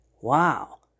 wow